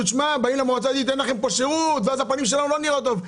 ובחינוך וברווחה היא צריכה לתת רק 25%?